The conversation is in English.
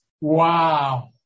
Wow